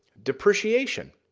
depreciation.